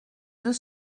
deux